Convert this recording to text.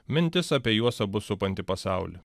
mintis apie juos abu supantį pasaulį